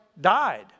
died